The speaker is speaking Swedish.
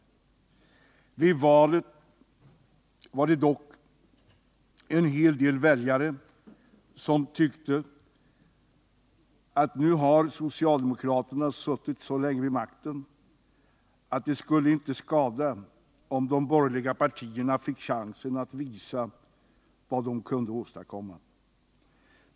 Vid valet 1976 var det dock en hel del väljare som tyckte, att nu har socialdemokraterna suttit så länge vid makten, att det inte skulle skada om de borgerliga partierna fick chansen att visa vad de kunde åstadkomma.